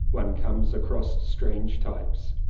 one comes across strange types.